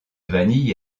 vanille